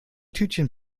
tütchen